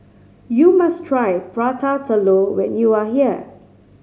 you must try Prata Telur when you are here